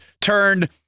turned